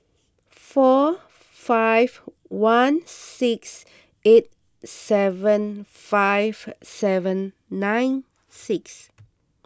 four five one six eight seven five seven nine six